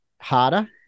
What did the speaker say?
harder